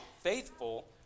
faithful